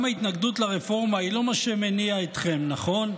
גם ההתנגדות לרפורמה היא לא מה שמניע אתכם, נכון?